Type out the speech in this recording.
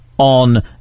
on